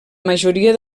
majoria